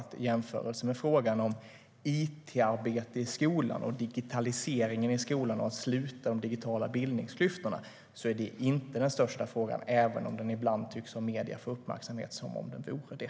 Men i jämförelse med frågan om it-arbetet, om digitaliseringen och om att överbrygga de digitala bildningsklyftorna i skolan är det inte den största frågan, även om den ibland i medierna får uppmärksamhet som om den vore det.